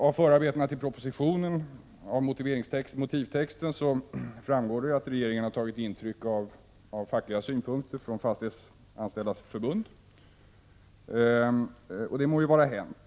Av förarbetena till propositionen och motivtexten framgår det att regeringen har tagit intryck av fackliga synpunkter från Fastighetsanställdas förbund, och det må vara hänt.